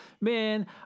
man